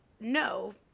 No